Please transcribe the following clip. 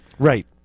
Right